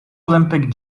olympic